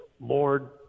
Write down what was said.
Lord